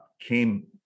came